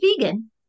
vegan